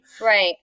Right